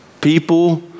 People